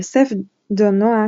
יוסף ד'ו נואס,